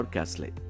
Castle